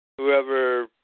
Whoever